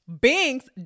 Binks